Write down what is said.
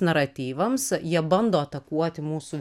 naratyvams jie bando atakuoti mūsų